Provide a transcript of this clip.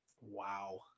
Wow